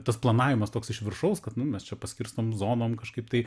tas planavimas toks iš viršaus kad nu mes čia paskirstom zonom kažkaip tai